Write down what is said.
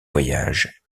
voyages